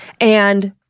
And-